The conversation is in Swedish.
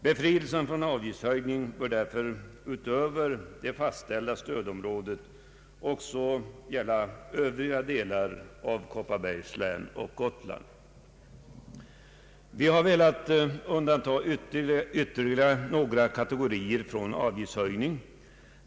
Befrielsen från avgiftshöjningen bör därför utöver det fastställda stödområdet gälla också övriga delar av Kopparbergs län och Gotland. Vi har velat undanta ytterligare några kategorier från denna avgiftshöjning.